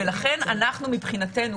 ולכן אנחנו מבחינתנו,